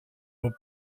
aux